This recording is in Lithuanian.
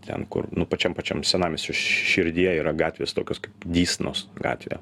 ten kur nu pačiam pačiam senamiesčio širdyje yra gatvės tokios kaip dysnos gatvė